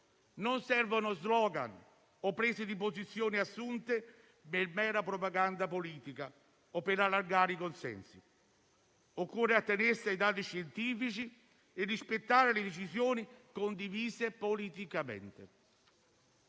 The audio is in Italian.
Non servono *slogan* o prese di posizione assunte per mera propaganda politica o per allargare i consensi. Occorre attenersi ai dati scientifici e rispettare le decisioni condivise politicamente.